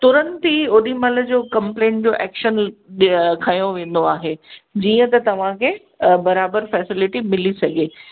तुरंत ई ओडीमहिल जो कंप्लेन जो एक्शन ॾिया खंयो वेंदो आहे जीअं त तव्हां खे बराबरि फ़ेसिलिटी मिली सघे